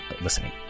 listening